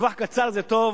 לטווח קצר זה טוב,